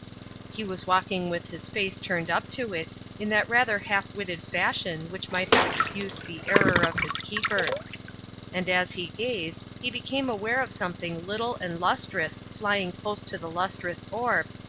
he was walking with his face turned up to it in that rather half-witted fashion which might have excused the error of his keepers and as he gazed he became aware of something little and lustrous flying close to the lustrous orb,